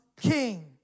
king